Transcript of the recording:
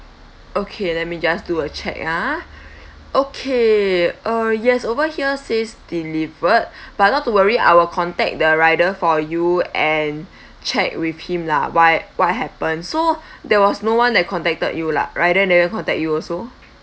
okay let me just do a check ah okay uh yes over here says delivered but not to worry I will contact the rider for you and check with him lah why what happen so there was no one that contacted you lah rider never contact you also